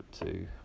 two